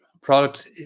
product